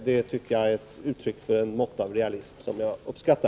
Det är uttryck för en måtta och en realism som jag uppskattar.